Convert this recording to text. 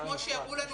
כמו שהראו לנו,